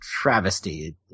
travesty